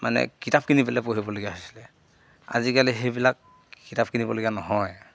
মানে কিতাপ কিনি পেলাই পঢ়িবলগীয়া হৈছিলে আজিকালি সেইবিলাক কিতাপ কিনিবলগীয়া নহয়